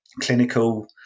clinical